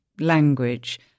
language